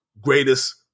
greatest